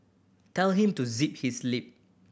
tell him to zip his lip